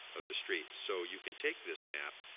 of the streets. so you can take this map,